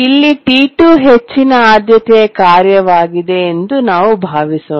ಇಲ್ಲಿ T2 ಹೆಚ್ಚಿನ ಆದ್ಯತೆಯ ಕಾರ್ಯವಾಗಿದೆ ಎಂದು ನಾವು ಭಾವಿಸೋಣ